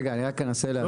רגע, אני רק אנסה להסביר.